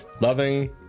Loving